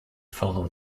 follow